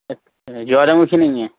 اچھا جوالا مکھی نہیں ہے